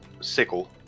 sickle